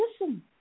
listen